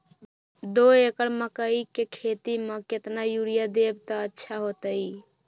दो एकड़ मकई के खेती म केतना यूरिया देब त अच्छा होतई?